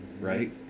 right